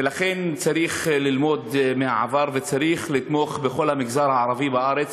ולכן צריך ללמוד מהעבר וצריך לתמוך בכל המגזר הערבי בארץ,